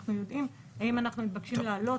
אנחנו יודעים האם אנחנו מתבקשים להעלות